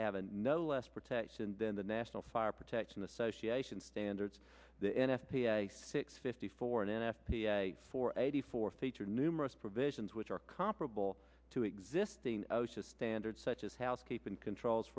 having no less protection than the national fire protection association standards the n f p a six fifty four n f p a four eighty four feature numerous provisions which are comparable to existing osha standards such as housekeeping controls